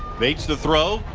bates to throw.